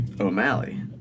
O'Malley